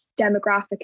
demographic